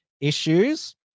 issues